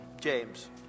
James